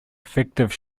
effective